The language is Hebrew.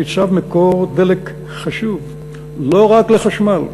ניצב מקור דלק חשוב לא רק לחשמל,